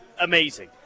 amazing